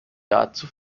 dazu